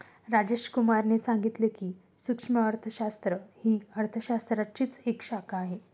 राजेश कुमार ने सांगितले की, सूक्ष्म अर्थशास्त्र ही अर्थशास्त्राचीच एक शाखा आहे